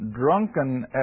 drunken